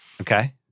Okay